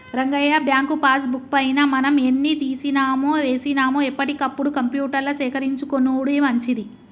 Rangayya bank passbook పైన మనం ఎన్ని తీసినామో వేసినాము ఎప్పటికప్పుడు కంప్యూటర్ల సేకరించుకొనుడు మంచిది